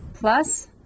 plus